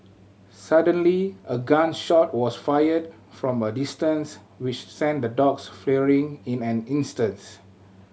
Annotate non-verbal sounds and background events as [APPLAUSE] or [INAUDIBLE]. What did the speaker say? suddenly a gun shot was fired from a distance which sent the dogs [UNINTELLIGIBLE] in an instance